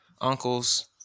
Uncle's